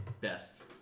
best